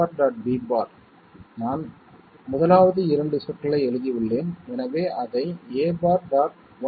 b' நான் 1வது இரண்டு சொற்களை எழுதி உள்ளேன் எனவே அதை a'